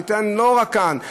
שניתנה לא רק כאן,